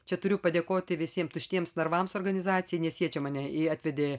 čia turiu padėkoti visiem tuštiems narvams organizacijai nes jie čia mane atvedė